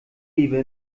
lebe